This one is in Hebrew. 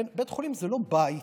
בית חולים זה לא בית,